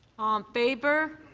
favor.